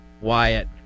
Wyatt